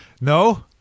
No